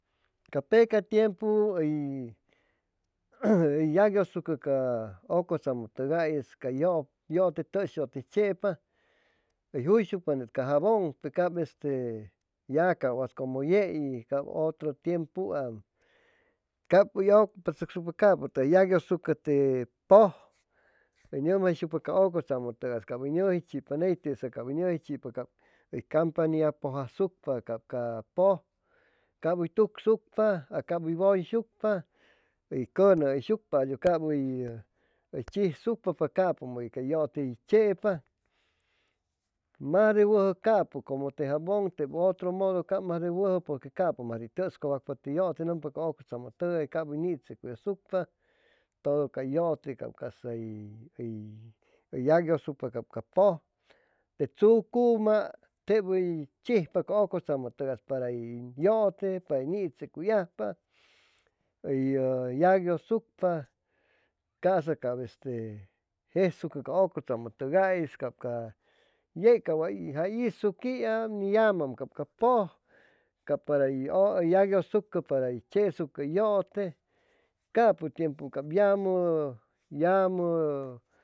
Ca peca tiempu uy yaguiuscu ca ucutsamu tugay ca yute tushi uy te tsepa uy juyshucpa ney ca jabon pe cab este ya wa cumu yeíy ya cab utru tiempuam cab uy ucapatsucshucpa cab uy ucupatsucshucpa te puj u numjaysucpa ca ucutsamu tugay cay nuji chipa cab uy campania puj usucpa cab ca puj cab uy tucsucpa cab uy wuyshucpa uy yute uy chepa mas de wuju capu cumu te jabun utru mudu cab mas dee wuju pur que cab mas de tus cuwacpa te yute numpa ca ucutsamu tugay cab uy nitseakuy asucpa tudu ca yute casa uy yag yusucpa ca puj te tsucuma teb uy chihpa ca ucutsamu para tey yute para nitsecuy ajpa uy yag guiushucpa casa cab este jesucu ca ucutsamu tugay yeiy jay isuquiam yaam ca ca puj ya'guisuhucu para uy cheshucu uy yute capu tiempu llamu